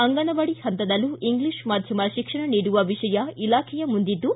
ಅಂಗನವಾಡಿ ಹಂತದಲ್ಲೂ ಇಂಗ್ಲಿಷ ಮಾಧ್ವಮ ಶಿಕ್ಷಣ ನೀಡುವ ವಿಷಯ ಇಲಾಖೆಯ ಮುಂದಿದ್ದು